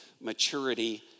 maturity